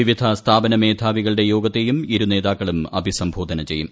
വിവിധ സ്ഥാപന മേധാവികളുടെ യോഗത്തെയും ഇരുനേതാക്കളും അഭിസംബോധന ചെയ്യും